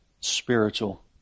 spiritual